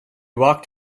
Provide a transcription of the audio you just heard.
walked